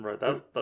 Right